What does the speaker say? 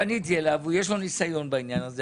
פניתי אליו, הוא יש לו ניסיון בעניין הזה.